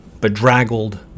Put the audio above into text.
bedraggled